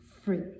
free